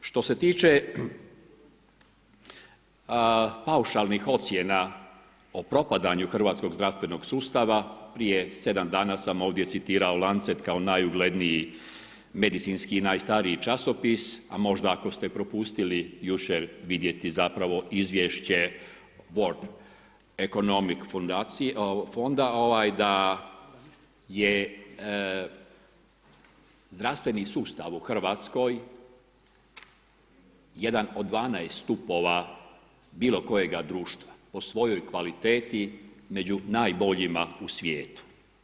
Što se tiče paušalnih ocjena o propadanju hrvatskog zdravstvenog sustava, prije 7 dana sam ovdje citirao Lancet kao najugledniji medicinski i najstariji časopis, a možda ako ste propustili jučer vidjeti zapravo izvješće Word ekonomik fundacije, fonda ovaj da je zdravstveni sustav u Hrvatskoj jedan od 12 stupova bilo kojega društva po svojoj kvaliteti, među najboljima u svijetu.